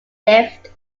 lift